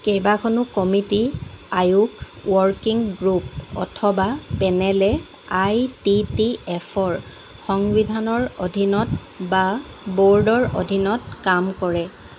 কেইবাখনো কমিটি আয়োগ working group অথবা পেনেলে আই টি টি এফৰ সংবিধানৰ অধীনত বা ব'ৰ্ডৰ অধীনত কাম কৰে